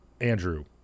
Andrew